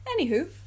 anywho